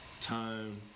time